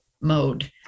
mode